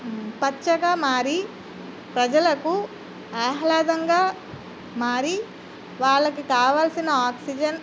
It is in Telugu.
పచ్చగా మారి ప్రజలకు ఆహ్లాదంగా మారి వాళ్ళకి కావాల్సిన ఆక్సిజన్